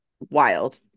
wild